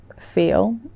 feel